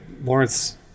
Lawrence